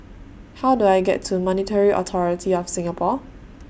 How Do I get to Monetary Authority of Singapore